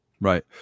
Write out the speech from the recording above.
Right